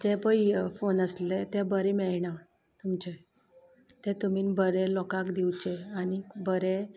जे पळय इयरफोन आसले ते बरे मेळना तुमचे ते तुमीन बऱ्या लोकांक दिवचे आनीक बरे